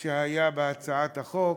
שהיה בהצעת החוק,